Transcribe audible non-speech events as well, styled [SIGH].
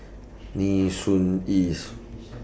Nee Soon East [NOISE]